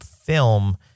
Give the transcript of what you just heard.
film